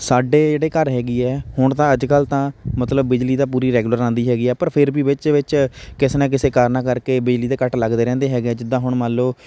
ਸਾਡੇ ਜਿਹੜੇ ਘਰ ਹੈਗੀ ਹੈ ਹੁਣ ਤਾਂ ਅੱਜਕੱਲ੍ਹ ਤਾਂ ਮਤਲਬ ਬਿਜਲੀ ਤਾਂ ਪੂਰੀ ਰੈਗੂਲਰ ਆਉਂਦੀ ਹੈਗੀ ਆ ਪਰ ਫੇਰ ਵੀ ਵਿੱਚ ਵਿੱਚ ਕਿਸੇ ਨਾ ਕਿਸੇ ਕਾਰਨਾਂ ਕਰਕੇ ਬਿਜਲੀ ਦੇ ਕੱਟ ਲੱਗਦੇ ਰਹਿੰਦੇ ਹੈਗੇ ਜਿੱਦਾਂ ਹੁਣ ਮੰਨ ਲਉ